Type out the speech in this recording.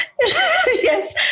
Yes